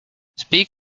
speak